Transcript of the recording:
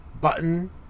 button